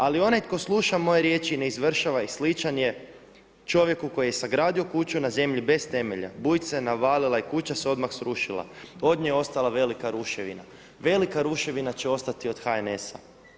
Ali onaj tko sluša moje riječi i ne izvršava ih i sličan je čovjeku koji je sagradio kuću bez temelja, bujica je navalila i kuća se odmah srušila, od nje je ostala velika ruševina.“ Velika ruševina će ostati od HNS-a.